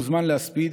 הוזמן להספיד.